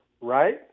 Right